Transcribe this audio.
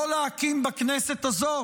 לא להקים בכנסת הזו